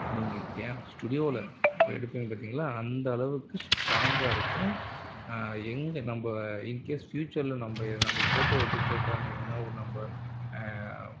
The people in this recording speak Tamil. நீங்கள் கே ஸ்டுடியோவில் போய் எடுப்பீங்க பார்த்திங்களா அந்தளவுக்கு ஸ்டாங்காயிருக்கும் எங்கள் நம்ம இன்கேஸ் ஃப்யூச்சரில் நம்ம நம்ம ஃபோட்டோ வந்து கேட்குறாங்க எங்கேனாது நம்ம